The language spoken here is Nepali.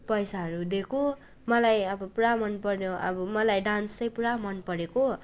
पैसाहरू दिएको मलाई अब पुरा मनपऱ्यो अब मलाई डान्स चाहिँ पुरा मनपरेको